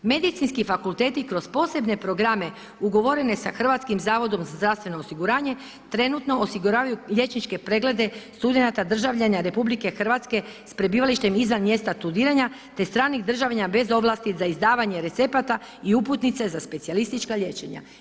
Medicinski fakulteti kroz posebne programe ugovorene sa HZZO-om, trenutno osiguravaju liječničke preglede studenata državljana RH s prebivalištem izvan mjesta studiranja te stranih državljana bez ovlasti za izdavanje recepata i uputnice za specijalistička liječenja.